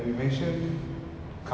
oh is it I didn't know that